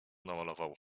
namalował